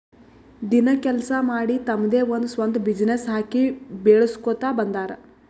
ದಿನ ಕೆಲ್ಸಾ ಮಾಡಿ ತಮ್ದೆ ಒಂದ್ ಸ್ವಂತ ಬಿಸಿನ್ನೆಸ್ ಹಾಕಿ ಬೆಳುಸ್ಕೋತಾ ಬಂದಾರ್